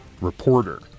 reporter